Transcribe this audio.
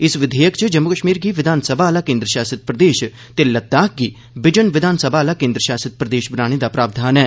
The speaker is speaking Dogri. इस विधेयक च जम्मू कश्मीर गी विधानसभा आह्ला केन्द्रशासित प्रदेश ते लद्दाख गी बिजन विधानसभा आहला केन्द्रशासित प्रदेश बनाने दा प्रावधान ऐ